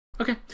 Okay